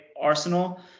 Arsenal